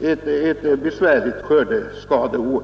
ett besvärligt skördeskadeår.